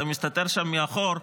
אתה מסתתר שם מאחור.